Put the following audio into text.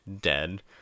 dead